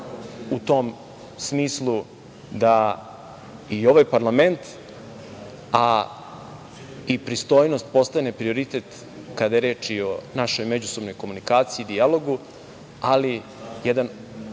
u tom smislu da i ovaj parlament, a i pristojnost postane prioritet kada je reč i o našoj međusobnoj komunikaciji i dijalogu, ali jedan